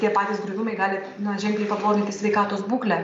tie patys griuvimai gali na ženkliai pabloginti sveikatos būklę